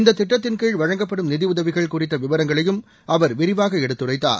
இந்த திட்டத்தின் கீழ் வழங்கப்படும் நிதி உதவிகள் குறித்த விவரங்களையும் அவர் விரிவாக எடுத்துரைத்தார்